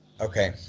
Okay